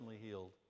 healed